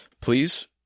Please